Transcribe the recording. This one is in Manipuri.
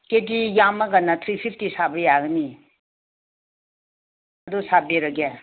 ꯀꯦꯖꯤ ꯌꯥꯝꯝꯒꯅ ꯊ꯭ꯔꯤ ꯐꯤꯞꯇꯤ ꯁꯥꯕ ꯌꯥꯒꯅꯤ ꯑꯗꯨ ꯁꯥꯕꯤꯔꯒꯦ